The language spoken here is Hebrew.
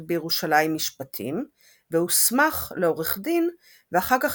בירושלים משפטים והוסמך לעורך דין ואחר כך